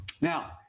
Now